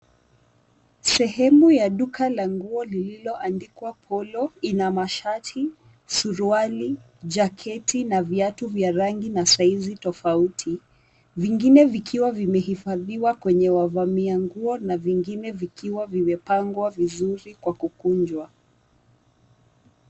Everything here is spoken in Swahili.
Sehemu ya duka la nguo lililoandikwa Polo, lina mashati, suruali, jaketi na viatu vya rangi na saizi tofauti. Vingine vikiwa vimehifadhiwa kwenye wavamia nguo na vingine vikiwa vimepangwa vizuri kwa kukunjwa.